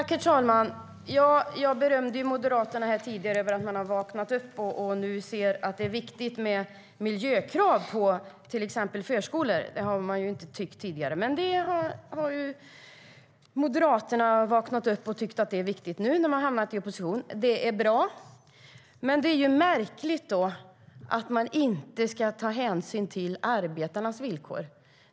Herr talman! Jag berömde tidigare Moderaterna för att de har vaknat upp och nu ser att det är viktigt med miljökrav på till exempel förskolor. Det har Moderaterna inte tyckt tidigare, men nu när de har hamnat i opposition har de vaknat upp och tycker att det är viktigt. Det är bra. Det är dock märkligt att man inte ska ta hänsyn till arbetarnas villkor.